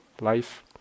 life